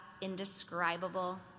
indescribable